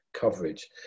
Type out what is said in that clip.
coverage